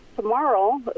Tomorrow